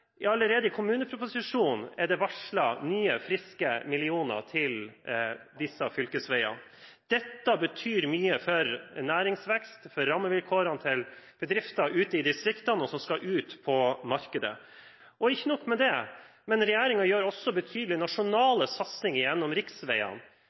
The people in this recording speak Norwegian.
Allerede i kommuneproposisjonen er det varslet nye, friske millioner til disse fylkesveiene. Dette betyr mye for næringsvekst og for rammevilkårene til bedrifter som er ute i distriktene og skal ut på markedet. Ikke nok med det. Regjeringen gjør også